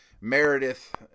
Meredith